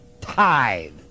Tithe